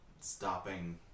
Stopping